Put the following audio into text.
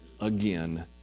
again